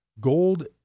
gold